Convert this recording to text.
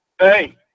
Hey